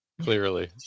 clearly